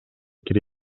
кире